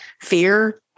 Fear